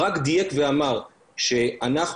ברק דייק ואמר שאנחנו,